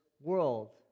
world